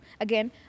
again